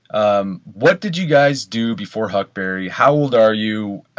um what did you guys do before huckberry? how old are you?